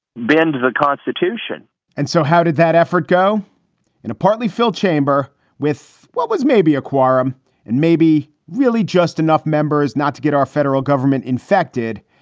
bend to the constitution and so how did that effort go in a partly filled chamber with what was maybe a quorum and maybe really just enough members not to get our federal government infected?